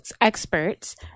experts